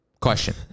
Question